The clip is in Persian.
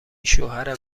شوهر